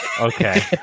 Okay